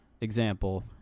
example